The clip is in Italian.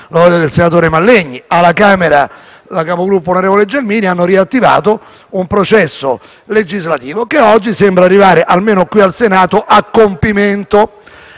e il senatore Mallegni, e, alla Camera, con la capogruppo, onorevole Gelmini, ha riattivato un processo legislativo che oggi sembra arrivare, almeno qui al Senato, a compimento.